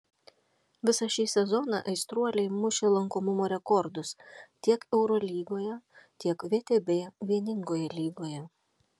visą šį sezoną aistruoliai mušė lankomumo rekordus tiek eurolygoje tiek vtb vieningoje lygoje